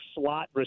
slot